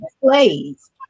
plays